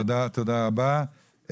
תודה רבה.